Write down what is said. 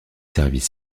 services